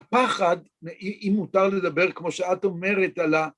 פחד, אם מותר לדבר, כמו שאת אומרת, על ה...